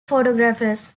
photographers